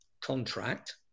contract